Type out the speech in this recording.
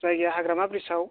जायगाया हाग्रामा ब्रिड्जआव